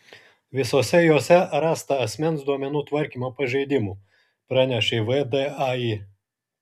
visose jose rasta asmens duomenų tvarkymo pažeidimų pranešė vdai